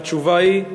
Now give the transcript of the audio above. והתשובה היא: